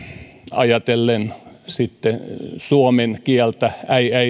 ajatellen suomen kieltä